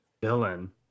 Villain